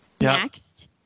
next